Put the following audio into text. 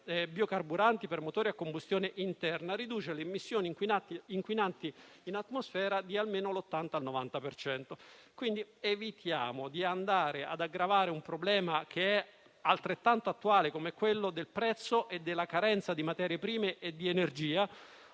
biocarburanti per motori a combustione interna riduce le emissioni inquinanti in atmosfera di circa il 90 per cento. Evitiamo, pertanto, di andare ad aggravare un problema, che è altrettanto attuale come quelli del prezzo e della carenza di materie prime e di energia,